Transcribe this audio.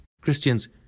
Christians